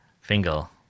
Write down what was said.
Fingal